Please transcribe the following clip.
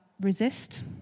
resist